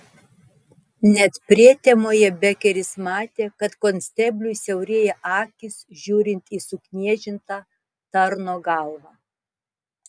net prietemoje bekeris matė kad konstebliui siaurėja akys žiūrint į suknežintą tarno galvą